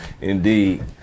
Indeed